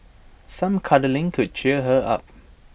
some cuddling could cheer her up